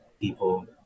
people